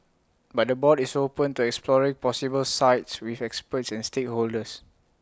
but the board is open to exploring possible sites with experts and stakeholders